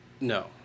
No